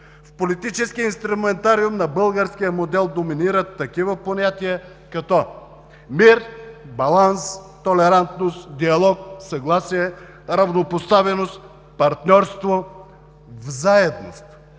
В политическия инструментариум на българския модел доминират такива понятия, като мир, баланс, толерантност, диалог, съгласие, равнопоставеност, партньорство, заедност.